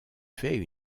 fait